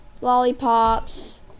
lollipops